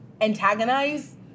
antagonize